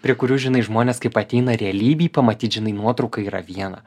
prie kurių žinai žmonės kaip ateina realybėj pamatyt žinai nuotraukoj yra viena